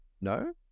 no